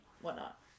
whatnot